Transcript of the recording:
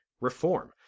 reform